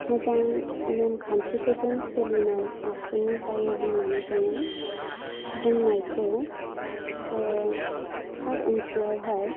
मोजां नेम खान्थिफोरजों सोलिनाय आखुनि जायो होननानै जोङो बुंनायखौ थार ओंथिआवहाय